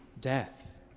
death